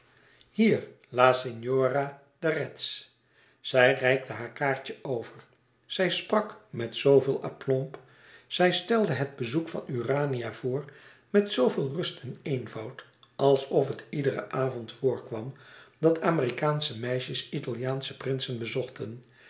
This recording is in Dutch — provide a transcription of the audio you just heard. signora de retz zij reikte haar kaartje over zij sprak met zooveel aplomb zij stelde het bezoek van urania voor met zoo veel rust en eenvoud alsof het iederen avond voorkwam dat amerikaansche meisjes italiaansche prinsen bezochten